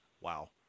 Wow